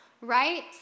right